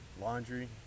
Laundry